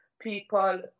people